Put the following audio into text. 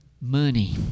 money